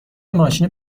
ماشین